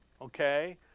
okay